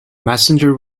messenger